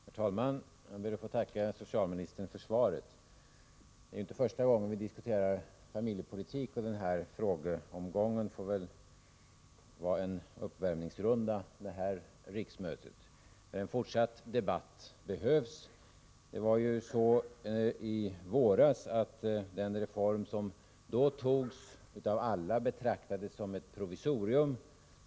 Herr talman! Jag ber att få tacka socialministern för svaret. Det är inte första gången vi diskuterar familjepolitik, och denna frågeomgång får väl vara en uppvämningsrunda för detta riksmöte. En fortsatt debatt behövs. Den reform som antogs i våras betraktades av alla som ett provisorium.